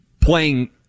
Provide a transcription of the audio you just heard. Playing